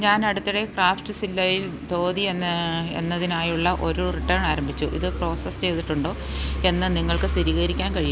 ഞാനടുത്തിടെ crafts വില്ലയിൽ ധോതി എന്ന എന്നതിനായുള്ള ഒരു റിട്ടേൺ ആരംഭിച്ചു ഇത് പ്രോസസ് ചെയ്തിട്ടുണ്ടോ എന്ന് നിങ്ങൾക്ക് സ്ഥിരീകരിക്കാൻ കഴിയു